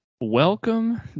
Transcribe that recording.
welcome